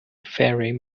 faring